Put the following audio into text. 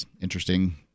Interesting